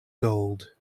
gold